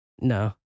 No